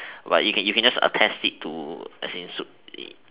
but you can you can just attest it to as in